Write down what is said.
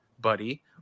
buddy